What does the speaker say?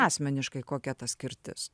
asmeniškai kokia ta skirtis